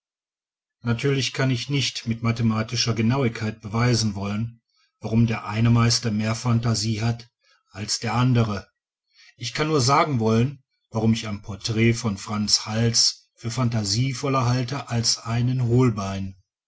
natürlich kann ich nicht mit mathematischer genauigkeit beweisen wollen warum der eine meister mehr phantasie hat als der andere ich kann nur sagen wollen warum ich ein porträt von f hals für phantasievoller halte als einen holbein